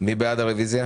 בעד הרביזיה